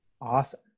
Awesome